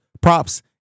props